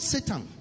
Satan